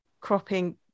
cropping